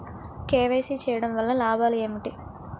KYC చేయటం వలన లాభాలు ఏమిటి?